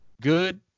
Good